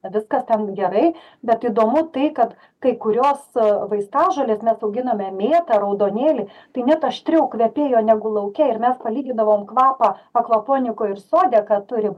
viskas ten gerai bet įdomu tai kad kai kurios vaistažolės mes auginome mėtą raudonėlį tai net aštriau kvepėjo negu lauke ir mes palygindavom kvapą akvaponikoj ir sode ką turim